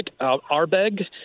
Arbeg